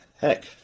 Heck